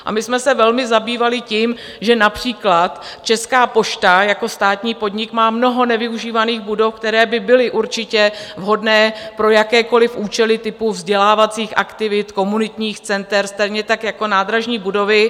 A my jsme se velmi zabývali tím, že například Česká pošta jako státní podnik má mnoho nevyužívaných budov, které by byly určitě vhodné pro jakékoliv účely typu vzdělávacích aktivit, komunitních center, stejně tak jako nádražní budovy.